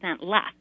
less